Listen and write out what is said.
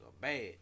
bad